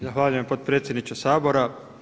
Zahvaljujem potpredsjedniče Sabora.